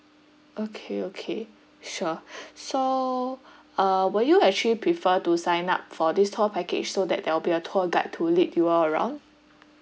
okay okay sure so uh will you actually prefer to sign up for this tour package so that there will be a tour guide to lead you all around